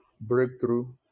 breakthrough